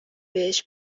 بهش